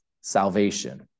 salvation